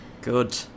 Good